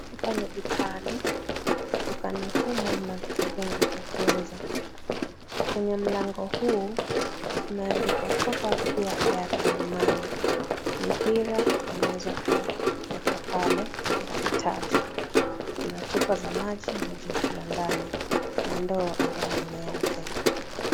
Hapa ni dukani, dukani humu mna vitu vingi vya kuuza kwenye mlango huu kumeandikwa (cs6)Topup here airtime money(CS),mipira zilizokuwa pale, mipira mitatu. Kuna chupa za maji, maji yakiwa ndani na ndoo ambao ni nyeusi.